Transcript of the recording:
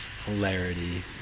hilarity